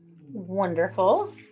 Wonderful